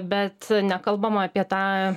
bet nekalbama apie tą